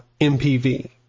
MPV